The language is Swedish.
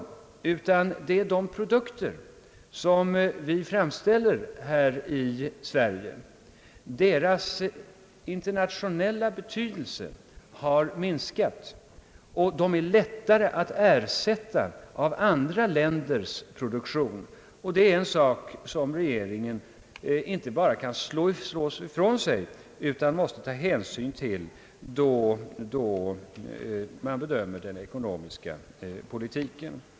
Jag talade om de produkter vi framställer i Sverige. Deras internationella betydelse har minskat, och de är lättare att ersätta av andra länders produktion. Det är en sak som regeringen inte bara kan slå ifrån sig utan måste ta hänsyn till då den ekonomiska politiken bedöms.